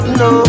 no